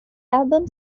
album